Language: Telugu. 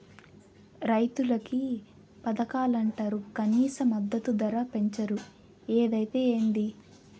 రైతులకి పథకాలంటరు కనీస మద్దతు ధర పెంచరు ఏదైతే ఏంది